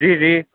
جی جی